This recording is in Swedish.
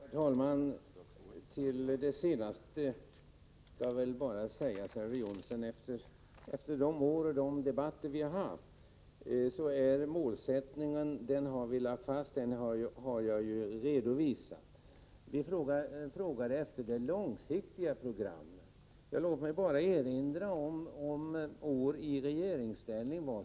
Herr talman! Till det senaste vill jag bara säga, Elver Jonsson, att efter de här åren och efter de debatter vi har haft är målsättningen fastlagd. Den har jag också redovisat. Frågan gällde det långsiktiga programmet. Låt mig bara erinra om vad som skett under åren i regeringsställning.